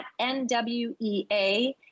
NWEA